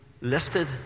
listed